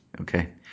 okay